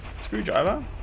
screwdriver